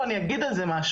אני אגיד על זה משהו.